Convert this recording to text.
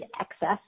excess